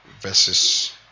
verses